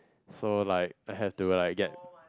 so like I have to like get